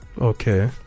okay